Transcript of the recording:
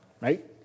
right